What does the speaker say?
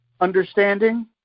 Understanding